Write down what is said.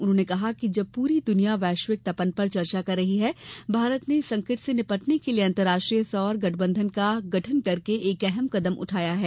उन्होंने कहा कि जब पूरी दुनिया वैश्विक तपन पर चर्चा कर रही है भारत ने इस संकट से निपटने के लिए अंतर्राष्ट्रीय सौर गठबंधन का गठन करके एक अहम कदम उठाया है